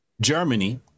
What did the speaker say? Germany